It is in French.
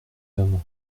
hommes